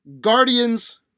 Guardians